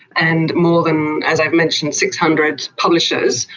and more than, as i've mentioned, six hundred publishers,